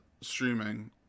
streaming